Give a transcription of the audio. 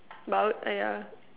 but I would !aiya!